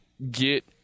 get